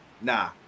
nah